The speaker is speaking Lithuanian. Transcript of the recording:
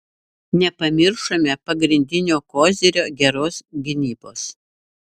nepamiršome pagrindinio kozirio geros gynybos